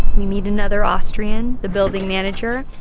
we meet another austrian, the building manager